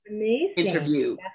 interview